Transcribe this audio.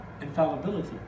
infallibility